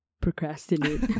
procrastinate